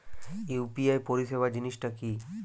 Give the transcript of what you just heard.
UPI পরিসেবা জিনিসটা কি?